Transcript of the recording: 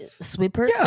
sweeper